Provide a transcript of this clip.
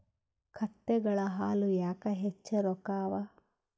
ಕತ್ತೆಗಳ ಹಾಲ ಯಾಕ ಹೆಚ್ಚ ರೊಕ್ಕ ಅವಾ?